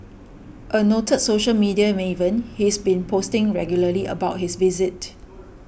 a noted social media maven he's been posting regularly about his visit